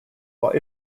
while